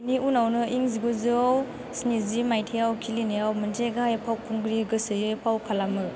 बेनि उनावनो इं जिगुजौ स्निजि माइथाइयाव खिलिनायाव मोनसे गाहाय फावखुंग्रि गोसोयै फाव खालामो